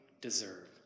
deserve